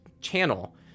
channel